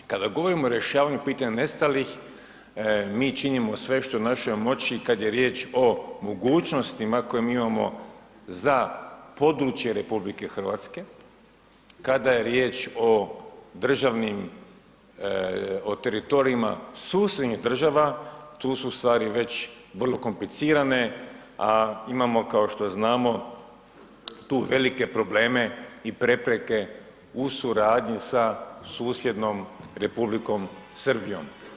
Kada govorimo o rješavanju pitanja nestalih mi činimo sve što je u našoj moći kad riječ o mogućnostima koje mi imamo za područje RH, kada je riječ o državnim, o teritorijima susjednih država tu su svari već vrlo komplicirane, a imamo kao što znamo tu velike probleme i prepreke u suradnji sa susjednom Republikom Srbijom.